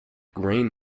grain